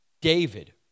David